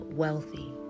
wealthy